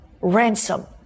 ransom